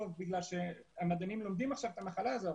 בגלל שהמדענים לומדים עכשיו את המחלה הזאת,